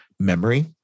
Memory